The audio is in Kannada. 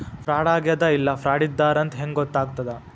ಫ್ರಾಡಾಗೆದ ಇಲ್ಲ ಫ್ರಾಡಿದ್ದಾರಂತ್ ಹೆಂಗ್ ಗೊತ್ತಗ್ತದ?